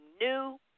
new